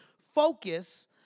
Focus